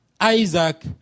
Isaac